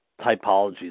typologies